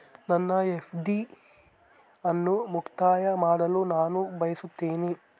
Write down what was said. ನನ್ನ ಎಫ್.ಡಿ ಅನ್ನು ಮುಕ್ತಾಯ ಮಾಡಲು ನಾನು ಬಯಸುತ್ತೇನೆ